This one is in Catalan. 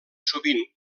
sovint